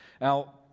Now